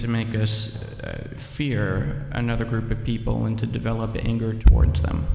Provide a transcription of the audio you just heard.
to make us fear another group of people and to develop anger towards them